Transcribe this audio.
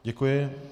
Děkuji.